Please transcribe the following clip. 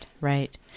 right